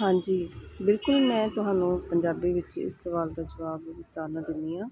ਹਾਂਜੀ ਬਿਲਕੁਲ ਮੈਂ ਤੁਹਾਨੂੰ ਪੰਜਾਬੀ ਵਿੱਚ ਇਸ ਸਵਾਲ ਦਾ ਜਵਾਬ ਵਿਸਥਾਰ ਨਾਲ ਦਿੰਦੀ ਆਂ